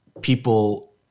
people –